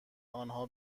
آنها